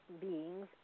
beings